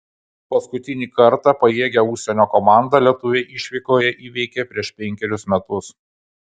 paskutinį kartą pajėgią užsienio komandą lietuviai išvykoje įveikė prieš penkerius metus